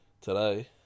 today